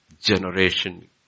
generation